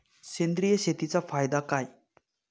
सेंद्रिय शेतीचा फायदा काय?